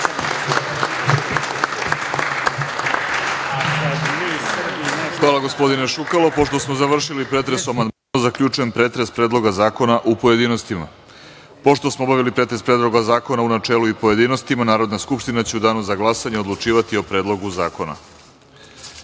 Hvala. Pošto smo završili pretres o amandmanu, zaključujem pretres Predloga zakona u pojedinostima. Pošto smo obavili pretres Predloga zakona u načelu i u pojedinostima, Narodna skupština će u danu za glasanje odlučivati i Predlogu